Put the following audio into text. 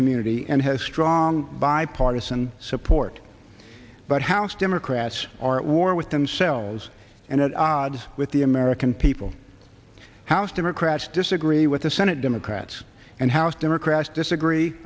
community and has strong bipartisan support but house democrats are at war with themselves and at odds with the american people house democrats disagree with the senate democrats and house democrats disagree